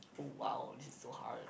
!wow! this is so hard